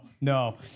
no